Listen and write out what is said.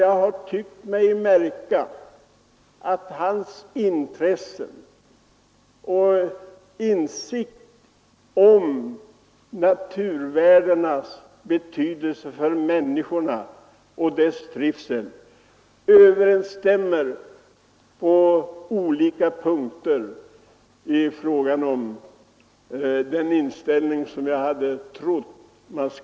Jag har tyckt mig märka hans intresse och insikt om naturvärdenas betydelse för människorna och deras trivsel på olika punkter infriar mina förhoppningar.